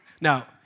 Now